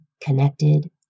connected